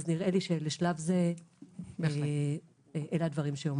נראה לי שלשלב זה אלה הדברים שאומר.